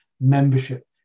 membership